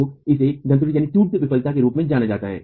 तो इसे दन्तुरित विफलता के रूप में जाना जाता है